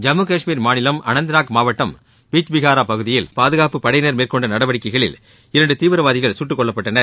ஜம்மு காஷ்மீர் மாநிலம் அனந்தநாக் மாவட்டம் பிஜ்பிகரா பகுதியில் பாதுகாப்புப் படையினர் மேற்கொண்ட நடவடிக்கைகளில் இரண்டு தீவிரவாதிகள் சுட்டுக் கொல்லப்பட்டனர்